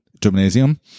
gymnasium